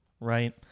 right